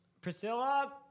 Priscilla